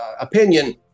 opinion